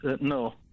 No